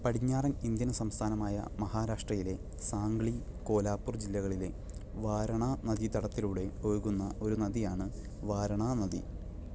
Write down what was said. പടിഞ്ഞാറൻ ഇന്ത്യൻ സംസ്ഥാനമായ മഹാരാഷ്ട്രയിലെ സാംഗ്ലി കോലാപൂർ ജില്ലകളിലെ വാരണാ നദീതടത്തിലൂടെ ഒഴുകുന്ന ഒരു നദിയാണ് വാരണാ നദി